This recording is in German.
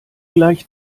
gleich